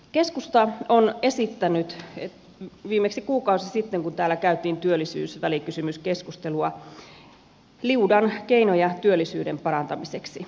keskusta on esittänyt viimeksi kuukausi sitten kun täällä käytiin työllisyysvälikysymyskeskustelua liudan keinoja työllisyyden parantamiseksi